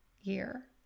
year